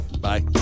Bye